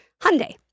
Hyundai